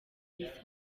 bisa